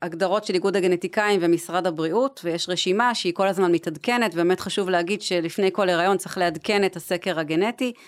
הגדרות של איגוד הגנטיקאים ומשרד הבריאות ויש רשימה שהיא כל הזמן מתעדכנת ובאמת חשוב להגיד שלפני כל הריון צריך לעדכן את הסקר הגנטי